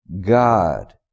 God